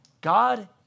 God